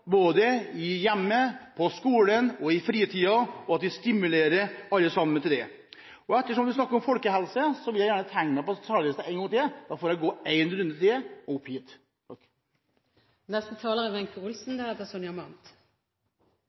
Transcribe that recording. både hjemme, på skolen og i fritiden, og at vi stimulerer alle til det. Ettersom vi snakker om folkehelse, må jeg tegne meg på talerlisten en gang til. – Da får jeg gå én runde til opp hit. God helse er